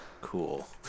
cool